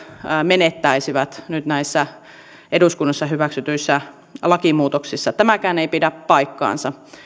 menettäisivät nyt näissä eduskunnassa hyväksytyissä lakimuutoksissa tämäkään ei pidä paikkaansa